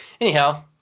anyhow